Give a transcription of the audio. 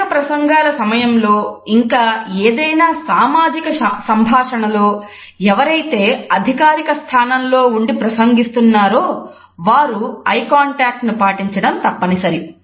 బహిరంగ ప్రసంగాల సమయంలో ఇంకా ఏదైనా సామాజిక సంభాషణ లో ఎవరైతే అధికారిక స్థానంలో ఉండి ప్రసంగిస్తున్నారో వారు ఐకాంటాక్ట్ ను పాటించడం తప్పనిసరి